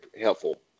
helpful